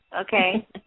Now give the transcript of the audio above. Okay